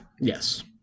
Yes